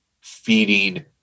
feeding